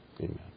Amen